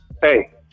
Hey